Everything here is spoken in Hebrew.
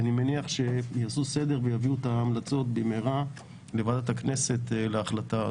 אני מניח שחבריה יעשו סדר ויביאו את ההמלצות במהרה לוועדת הכנסת להחלטה.